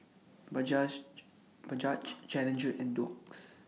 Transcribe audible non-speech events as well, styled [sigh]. [unintelligible] Bajaj Challenger and Doux